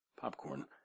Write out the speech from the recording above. popcorn